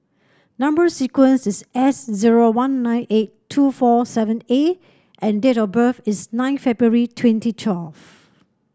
number sequence is S zero one nine eight two four seven A and date of birth is nine February twenty twelve